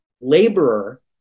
laborer